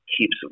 keeps